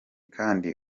kandi